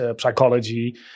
psychology